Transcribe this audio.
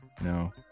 No